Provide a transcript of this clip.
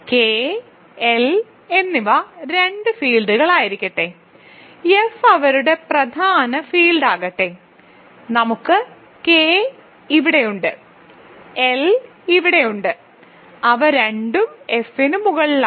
K L എന്നിവ രണ്ട് ഫീൽഡുകളായിരിക്കട്ടെ എഫ് അവരുടെ പ്രധാന ഫീൽഡാകട്ടെ നമുക്ക് കെ ഇവിടെയുണ്ട് എൽ ഇവിടെയുണ്ട് അവ രണ്ടും എഫ് ന് മുകളിലാണ്